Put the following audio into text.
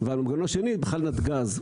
והמנגנון השני בתחנת גז,